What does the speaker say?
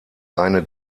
eine